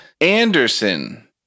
Anderson